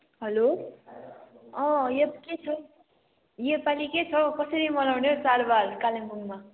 hello अँ यत्तिकै छु योपालि के छ हौ कसरी मनाउने हौ चाडबाड कालिम्पोङमा